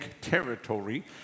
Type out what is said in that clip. territory